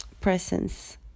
presence